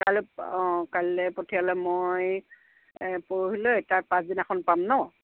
কাইলে অঁ কাইলে পঠিয়ালে মই পৰহিলৈ তাৰ পাঁচদিনাখন পাম ন